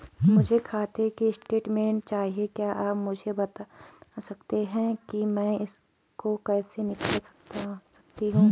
मुझे खाते की स्टेटमेंट चाहिए क्या आप मुझे बताना सकते हैं कि मैं इसको कैसे निकाल सकता हूँ?